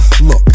look